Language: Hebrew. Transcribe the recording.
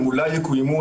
אולי יקוימו,